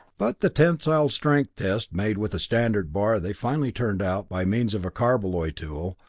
but the tensile strength test made with a standard bar they finally turned out by means of a carbaloy tool,